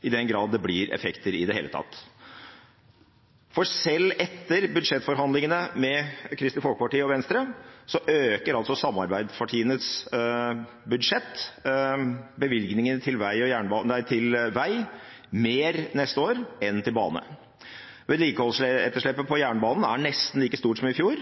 i den grad det blir effekter i det hele tatt. For selv etter budsjettforhandlingene med Kristelig Folkeparti og Venstre øker samarbeidspartiene bevilgningene til vei mer enn til bane i budsjettet for neste år. Vedlikeholdsetterslepet på jernbanen er nesten like stort som i fjor.